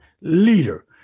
leader